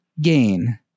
gain